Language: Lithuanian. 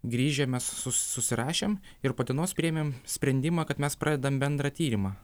grįžę mes su susirašėm ir po dienos priėmėm sprendimą kad mes pradedam bendrą tyrimą